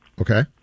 Okay